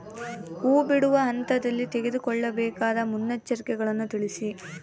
ಹೂ ಬಿಡುವ ಹಂತದಲ್ಲಿ ತೆಗೆದುಕೊಳ್ಳಬೇಕಾದ ಮುನ್ನೆಚ್ಚರಿಕೆಗಳನ್ನು ತಿಳಿಸಿ?